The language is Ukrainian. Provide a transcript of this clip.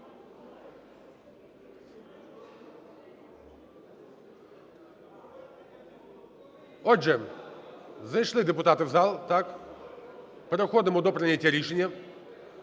Отже, зайшли депутати в зал, переходимо до прийняття рішення.